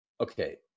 Okay